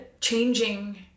changing